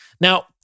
Now